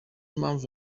mpamvu